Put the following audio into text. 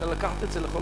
אפשר לקחת את זה לכל